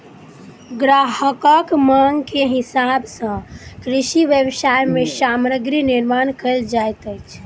ग्राहकक मांग के हिसाब सॅ कृषि व्यवसाय मे सामग्री निर्माण कयल जाइत अछि